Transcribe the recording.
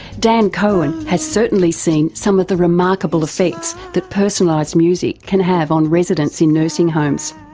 dan cohen has certainly seen some of the remarkable effects that personalised music can have on residents in nursing homes,